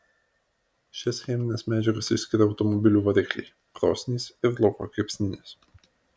šias chemines medžiagas išskiria automobilių varikliai krosnys ir lauko kepsninės